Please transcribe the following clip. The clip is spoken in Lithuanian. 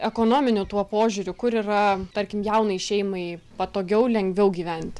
ekonominiu tuo požiūriu kur yra tarkim jaunai šeimai patogiau lengviau gyventi